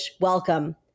welcome